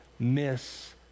miss